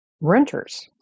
renters